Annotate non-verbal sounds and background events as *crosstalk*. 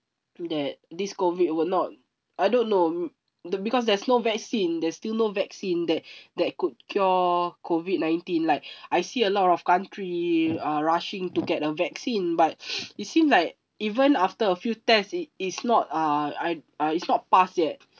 to that this COVID will not I don't know the because there's no vaccine there's still no vaccine that *breath* that could cure COVID-nineteen like *breath* I see a lot of country are rushing to get a vaccine but *noise* it seems like even after a few tests it is not uh I uh it's not passed yet